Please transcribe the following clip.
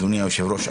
אדוני היושב-ראש,